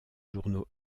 journaux